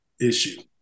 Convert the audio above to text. issue